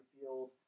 Field